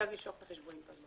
תדאג לשלוח את החשבונית.